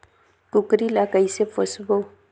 कूकरी ला कइसे पोसबो?